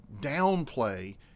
downplay